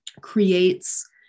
creates